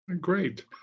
Great